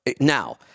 now